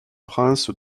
prince